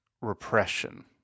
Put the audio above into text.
repression